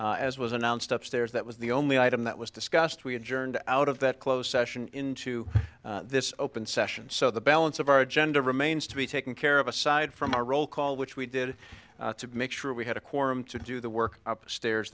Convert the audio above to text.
as was announced upstairs that was the only item that was discussed we adjourned out of that closed session into this open session so the balance of our agenda remains to be taken care of aside from a roll call which we did to make sure we had a quorum to do the work upstairs